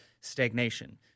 stagnation